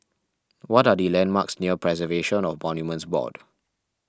what are the landmarks near Preservation of Monuments Board